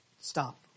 Stop